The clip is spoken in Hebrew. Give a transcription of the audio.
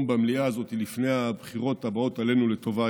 במליאה הזאת לפני הבחירות הבאות עלינו לטובה,